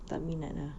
tapi narnia